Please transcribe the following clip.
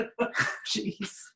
jeez